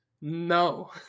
No